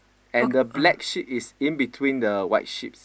and the black sheep is in between the white sheep